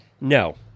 No